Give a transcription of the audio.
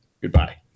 goodbye